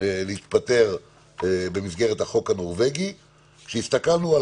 להתפטר במסגרת החוק הנורבגי כאשר הסתכלנו על